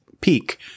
Peak